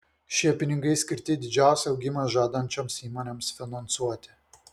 šie pinigai skirti didžiausią augimą žadančioms įmonėms finansuoti